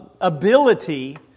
ability